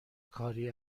کاری